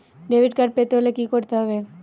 Debit card পেতে হলে কি করতে হবে?